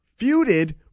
feuded